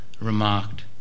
remarked